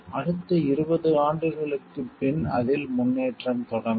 அடுத்த 20 ஆண்டுகளுக்கு பின் அதில் முன்னேற்றம் தொடங்கும்